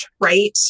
right